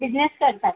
business करतात